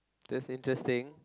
that's interesting